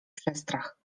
przestrach